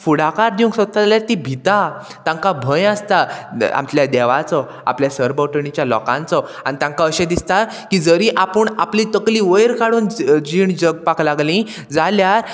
फुडाकार दिवंक सोदता जाल्यार ती भिता तांकां भंय आसता आपल्या देवाचो आपल्या सरभोंवटणीच्या लोकांचो आनी तांकां अशें दिसता की जरी आपूण आपली तकली वयर काडून जीण जगपाक लागली जाल्यार